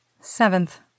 Seventh